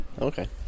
Okay